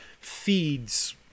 feeds